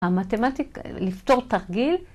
‫המתמטיקה לפתור תרגיל.